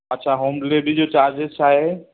अछा home delivery जो charges छा आहे